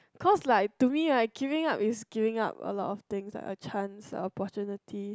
course like to me giving up is giving up a lot of things like a chance opportunity